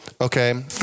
okay